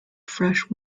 fresh